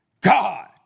God